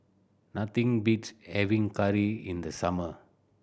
nothing beats having curry in the summer